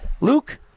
Luke